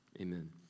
Amen